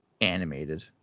animated